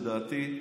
לדעתי,